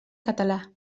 català